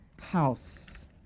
house